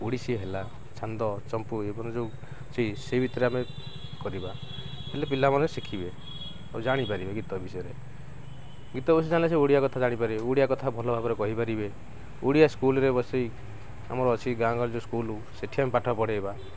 ଓଡ଼ିଶୀ ହେଲା ଛାନ୍ଦ ଚମ୍ପୁ ଏବଂ ଯେଉଁ ସେଇ ଭିତରେ ଆମେ କରିବା ହେଲେ ପିଲାମାନେ ଶିଖିବେ ଆଉ ଜାଣିପାରିବେ ଗୀତ ବିଷୟରେ ଗୀତ ବସି ତା'ହେଲେ ସେ ଓଡ଼ିଆ କଥା ଜାଣିପାରିବେ ଓଡ଼ିଆ କଥା ଭଲ ଭାବରେ କହିପାରିବେ ଓଡ଼ିଆ ସ୍କୁଲରେ ବସାଇ ଆମର ଅଛି ଗାଁ ଗହଳିରେ ଯେଉଁ ସ୍କୁଲ ସେଠି ଆମେ ପାଠ ପଢ଼ାଇବା